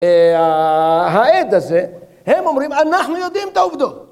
העד הזה, הם אומרים, אנחנו יודעים את העובדות.